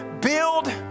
build